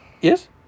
Yes